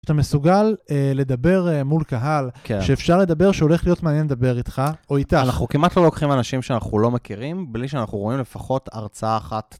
אתה מסוגל לדבר מול קהל שאפשר לדבר, שהולך להיות מעניין לדבר איתך או איתה. אנחנו כמעט לא לוקחים אנשים שאנחנו לא מכירים, בלי שאנחנו רואים לפחות הרצאה אחת.